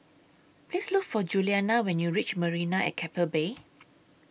Please Look For Juliana when YOU REACH Marina At Keppel Bay